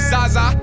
Zaza